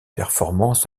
performances